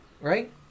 right